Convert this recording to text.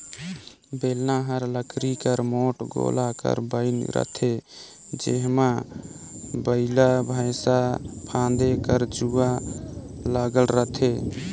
बेलना हर लकरी कर मोट गोला कर बइन रहथे जेम्हा बइला भइसा फादे कर जुवा लगल रहथे